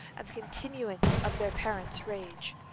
and the continuance of their parents' rage,